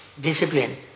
Discipline